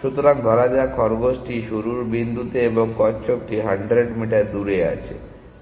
সুতরাং ধরা যাক খরগোশটি শুরুর বিন্দুতে এবং কচ্ছপটি 100 মিটার দূরে আছে